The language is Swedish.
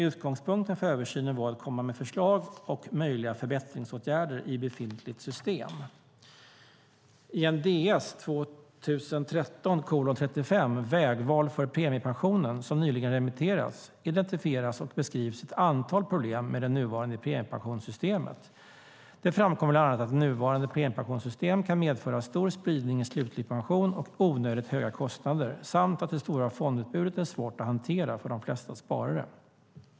Utgångspunkten för översynen var att komma med förslag och möjliga förbättringsåtgärder i befintligt system. I Ds 2013:35, Vägval för premiepensionen , som nyligen remitterats, identifieras och beskrivs ett antal problem med det nuvarande premiepensionssystemet. Det framkommer bland annat att nuvarande premiepensionssystem kan medföra stor spridning i slutlig pension och onödigt höga kostnader samt att det stora fondutbudet är svårt att hantera för de flesta sparare.